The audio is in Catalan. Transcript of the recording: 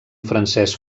francès